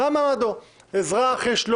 לאזרח יש,